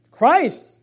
Christ